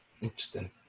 Interesting